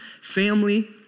family